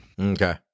Okay